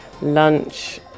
lunch